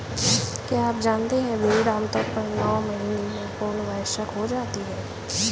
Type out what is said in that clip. क्या आप जानते है भेड़ आमतौर पर नौ महीने में पूर्ण वयस्क हो जाती है?